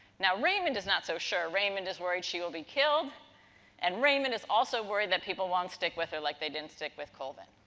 now, raymond is not so sure. raymond is worried she'll be killed and raymond is also worried people won't stick with her like they didn't stick with colvin.